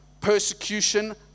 persecution